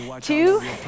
two